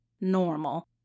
normal